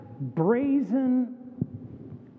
brazen